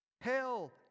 hell